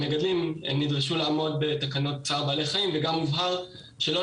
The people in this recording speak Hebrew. המגדלים נדרשו לעמוד בתקנות צער בעלי חיים וגם הובהר שלא